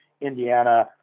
Indiana